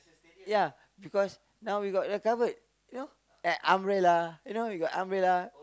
ya because now we got the covered you know uh umbrella you know we got umbrella